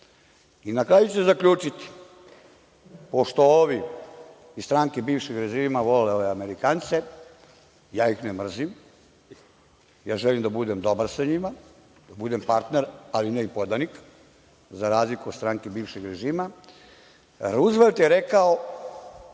kraju ću zaključiti, pošto ovi iz stranke bivšeg režima vole ove Amerikance, ja ih ne mrzim, ja želim da budem dobar sa njima, da budem partner, ali ne i podanik, za razliku od stranke bivšeg režima. Ruzvelt je rekao